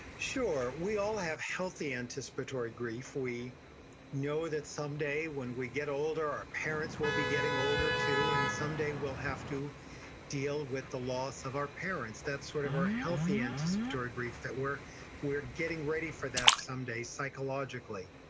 sure, we all have healthy, anticipatory grief, we know that some day when we get older, our parents will be getting older too, and some day, we'll have to deal with the loss of our parents. that's sort of our healthy anticipatory grief, that we're we're getting ready for that some day psychologically.